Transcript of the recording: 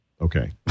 okay